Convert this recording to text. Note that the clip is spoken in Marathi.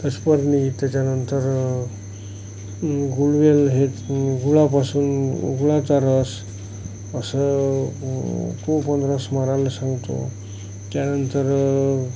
दशपर्णी त्याच्यानंतर गुळवेल हे गुळापासून गुळाचा रस असं खूप स्मरण सांगतो त्यानंतर